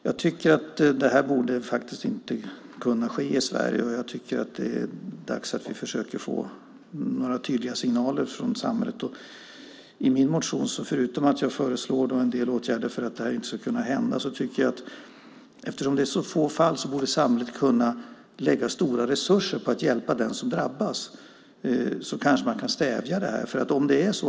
Jag tycker att sådant här inte borde kunna ske i Sverige och att det är dags att vi försöker få till stånd tydliga signaler i sammanhanget från samhället. Förutom att jag i min motion föreslår en del åtgärder för att sådant här inte ska kunna hända tycker jag att samhället, eftersom det är fråga om så få fall, borde kunna lägga stora resurser på att hjälpa den som drabbas. Därmed kan det hela kanske stävjas.